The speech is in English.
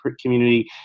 community